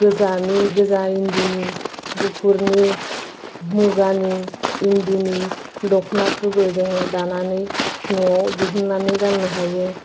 गोजानि गोजा इन्दिनि गुफुरनि मुगानि इन्दिनि दखनाफोरबो जोङो दानानै न'आव दिहुननानै गाननो हायो